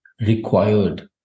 required